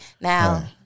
Now